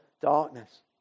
darkness